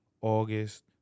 August